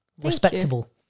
Respectable